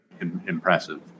impressive